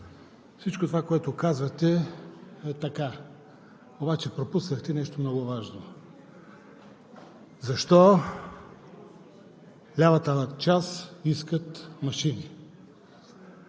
Всичко това, което казвате, е така, обаче пропуснахте нещо много важно. Защо лявата част искат машини?